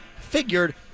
Figured